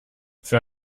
für